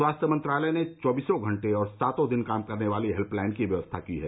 स्वास्थ्य मंत्रालय ने चौबीसों घंटे और सातों दिन काम करने वाली हेल्पलाइन की व्यवस्था की है